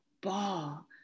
ball